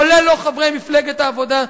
כולל חברי מפלגת העבודה,